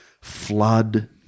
Flood